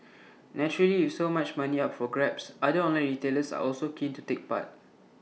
naturally with so much money up for grabs other online retailers are also keen to take part